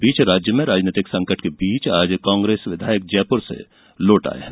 इस बीच राज्य में राजनीतिक संकट के बीच आज कांग्रेस विधायक जयपुर से लौट आए हैं